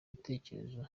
bitekerezo